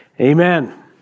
Amen